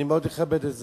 אני מאוד אכבד את זה.